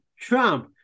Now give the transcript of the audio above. Trump